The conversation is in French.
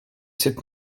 sept